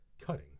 cutting